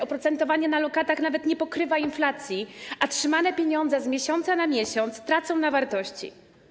Oprocentowanie na lokatach nawet nie pokrywa inflacji, a trzymane pieniądze z miesiąca na miesiąc tracą na wartości.